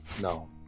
no